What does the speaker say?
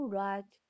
right